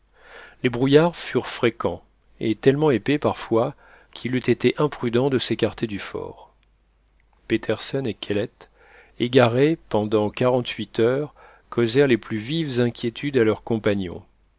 les brouillards furent fréquents et tellement épais parfois qu'il eût été imprudent de s'écarter du fort petersen et kellet égarés pendant quarante-huit heures causèrent les plus vives inquiétudes à leurs compagnons